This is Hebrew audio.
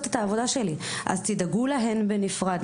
תדאגו להן בנפרד,